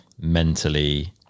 mentally